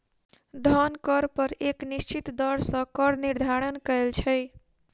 धन कर पर एक निश्चित दर सॅ कर निर्धारण कयल छै